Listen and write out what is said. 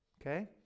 Okay